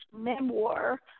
memoir